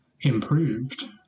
improved